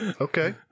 Okay